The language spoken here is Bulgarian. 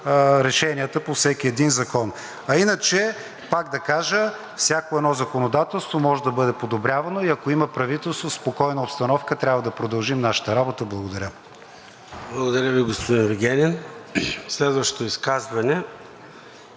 решенията по всеки един закон. Иначе, пак да кажа, всяко едно законодателство може да бъде подобрявано и ако има правителство в спокойна обстановка, трябва да продължим нашата работа. Благодаря. ПРЕДСЕДАТЕЛ ЙОРДАН ЦОНЕВ: Благодаря Ви, господин Вигенин. Следващото изказване